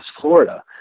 Florida